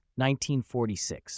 1946